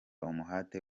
umuhate